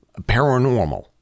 paranormal